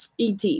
ET